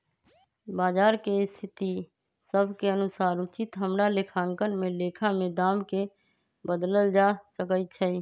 बजार के स्थिति सभ के अनुसार उचित हमरा लेखांकन में लेखा में दाम् के बदलल जा सकइ छै